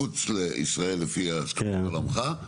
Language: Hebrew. מחוץ לישראל לפי השקפת עולמך,